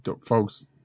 folks